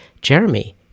Jeremy